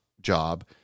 job